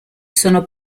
sono